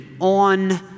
on